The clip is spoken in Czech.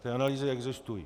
Ty analýzy existují.